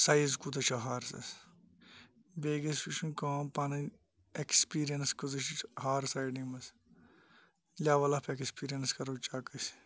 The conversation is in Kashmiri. سایِز کوٗتاہ چھُ ہارسَس بیٚیہِ گَژھِ وٕچھُن کٲم پَنٕنۍ ایٚکسپیٖریَنٕس کۭژاہ چھِ ہارٕس رایڈِنٛگ مَنٛز لیوَل آف ایٚکسپیٖریَنٕس کَرَو چٮ۪ک أسۍ